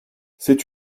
c’est